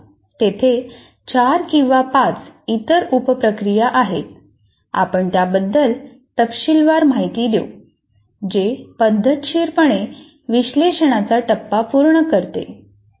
तेथे 4 किंवा 5 इतर उप प्रक्रिया आहेत आपण त्याबद्दल तपशीलवार माहिती देऊ जे पद्धतशीरपणे विश्लेषणाचा टप्पा पूर्ण करते